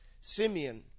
Simeon